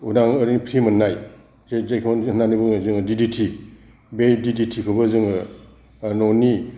उदां ओरैनो फ्रि मोननाय जे जायखौ होननानै बुङो जोङो दिदिति बे दिदितिखौबो जोङो न'नि